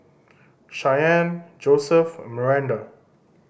Shianne Joseph and Maranda